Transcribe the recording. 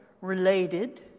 related